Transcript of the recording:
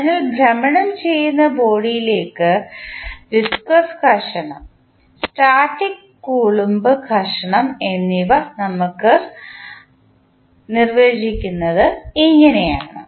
അതിനാൽ ഭ്രമണം ചെയ്യുന്ന ബോഡിയിലെ വിസ്കോസ് ഘർഷണം സ്റ്റാറ്റിക് കൂലംബ് ഘർഷണം എന്നിവ നമ്മൾ അവൾ നിർവചിക്കുന്നത് ഇങ്ങനെയാണ്